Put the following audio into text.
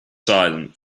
silent